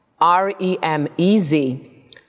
R-E-M-E-Z